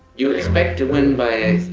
you would expect to win by a